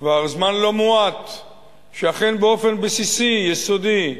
כבר זמן לא מועט שאכן, באופן בסיסי, יסודי,